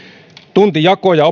tuntijako ja